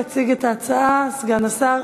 יציג את ההצעה סגן השר